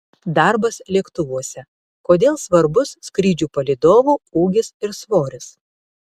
darbas lėktuvuose kodėl svarbus skrydžių palydovų ūgis ir svoris